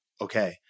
okay